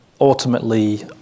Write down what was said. ultimately